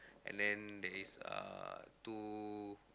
and then there is uh two